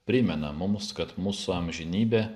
primena mums kad mūsų amžinybė